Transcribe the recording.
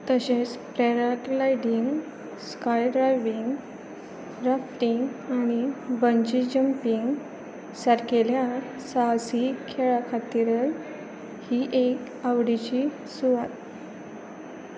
तशेंच paragliding skydiving rafting आनी bungee jumping सारकेल्या साहसी खेळांखातीर ही एक आवडीची सुवात